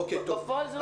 אבל בפועל זה לא נכון.